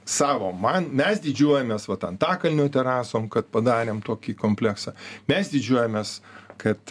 savo man mes didžiuojamės vat antakalnio terasom kad padarėm tokį kompleksą mes didžiuojamės kad